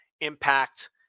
Impact